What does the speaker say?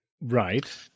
Right